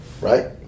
right